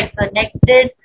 connected